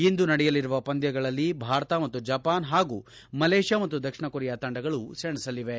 ಇಂದು ನಡೆಯಲಿರುವ ಪಂದ್ಯಗಳಲ್ಲಿ ಭಾರತ ಮತ್ತು ಜಪಾನ್ ಹಾಗೂ ಮಲೇಷಿಯಾ ಮತ್ತು ದಕ್ಷಿಣ ಕೊರಿಯಾ ತಂಡಗಳು ಸೆಣಸಲಿವೆ